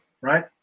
right